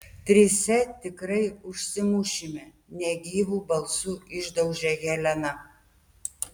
trise tikrai užsimušime negyvu balsu išdaužė helena